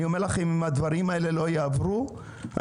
אם הדברים האלה לא יעברו,